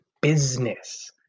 business